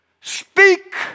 speak